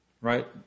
Right